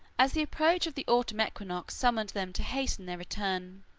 as the approach of the autumnal equinox summoned them to hasten their return.